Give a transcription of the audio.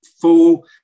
full